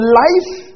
life